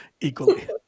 equally